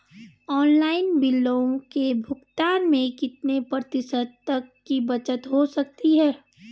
Online बिलों के भुगतान में कितने प्रतिशत तक की बचत हो सकती है?